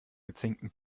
gezinkten